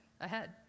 ahead